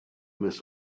must